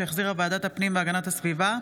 שהחזירה ועדת הפנים והגנת הסביבה,